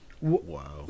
Wow